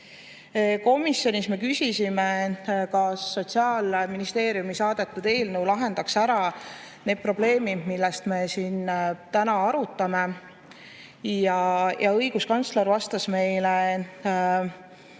Komisjonis me küsisime, kas Sotsiaalministeeriumi saadetud eelnõu lahendaks ära need probleemid, millest siin ka täna [juttu on], ja õiguskantsler vastas meile, et